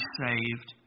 saved